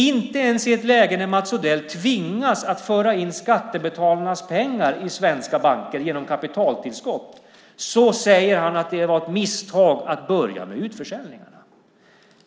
Inte ens i ett läge när Mats Odell tvingas att föra in skattebetalarnas pengar i svenska banker genom kapitaltillskott säger han att det var ett misstag att börja med utförsäljningarna.